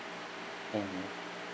mmhmm